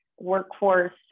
workforce